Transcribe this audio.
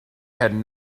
had